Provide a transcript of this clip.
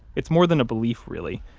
it's more than a belief, really.